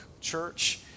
Church